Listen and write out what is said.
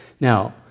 Now